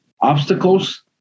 obstacles